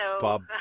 Bob